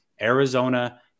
Arizona